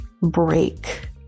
break